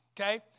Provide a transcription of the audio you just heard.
Okay